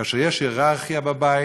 כאשר יש הייררכיה בבית,